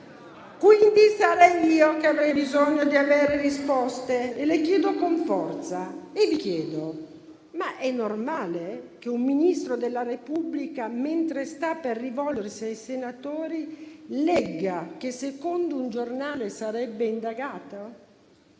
quindi, che avrei bisogno di avere risposte e le chiedo con forza e vi chiedo: ma è normale che un Ministro della Repubblica, mentre sta per rivolgersi ai senatori, legga che secondo un giornale sarebbe indagato?